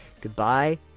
Goodbye